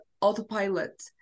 autopilot